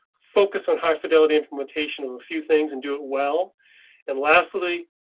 focus on high fidelity implementation of a few things and do it well and lastly,